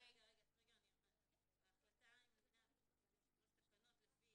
תקנות לפי